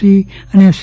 C અને C